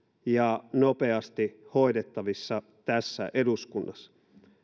ja nopeasti hoidettavissa tässä eduskunnassa